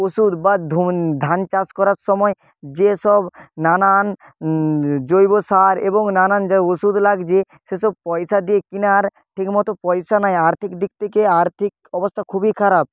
ওষুধ বা ধন ধান চাষ করার সময় যে সব নানান জৈব সার এবং নানান যা ওষুধ লাগছে সেসব পয়সা দিয়ে কেনার ঠিক মতো পয়সা নেই আর্থিক দিক থেকে আর্থিক অবস্থা খুবই খারাপ